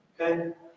okay